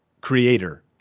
creator